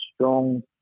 strong